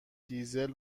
دیزل